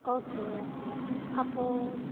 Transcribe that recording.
okay ma'am okay அப்போ